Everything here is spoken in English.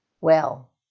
Well